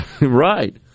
Right